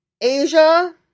Asia